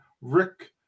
rick